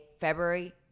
February